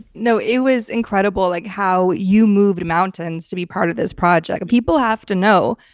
no, it was incredible like how you moved mountains to be part of this project. people have to know.